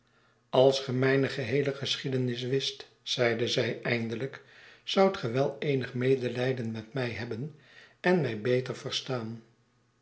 als ge mijne geheele geschiedenis wist zeide zij eindelijk zoudt ge wel eenig medelijden met mij hebben en mij beter verstaan